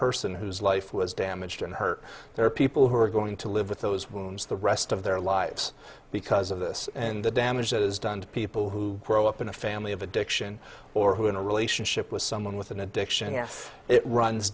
person whose life was damaged and hurt there are people who are going to live with those wounds the rest of their lives because of this and the damage that is done to people who grow up in a family of addiction or who in a relationship with someone with an addiction if it runs